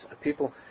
people